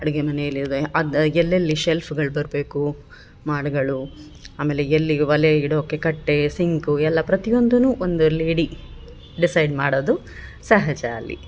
ಅಡಿಗೆ ಮನೇಲಿ ಇವೆ ಅದು ಎಲ್ಲೆಲ್ಲಿ ಶೆಲ್ಫ್ಗಳು ಬರಬೇಕು ಮಾಡ್ಗಳು ಆಮೇಲೆ ಎಲ್ಲಿಗೆ ಒಲೆ ಇಡೋಕೆ ಕಟ್ಟೆ ಸಿಂಕು ಎಲ್ಲ ಪ್ರತಿಯೊಂದುನು ಒಂದು ಲೇಡಿ ಡಿಸೈಡ್ ಮಾಡದು ಸಹಜ ಅಲ್ಲಿ